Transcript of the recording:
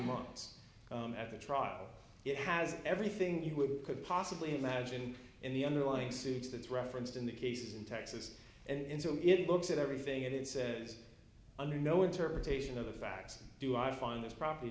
months at the trial it has everything you would could possibly imagine in the underlying suit that's referenced in the cases in texas and so it looks at everything and it says under no interpretation of the facts do i find this property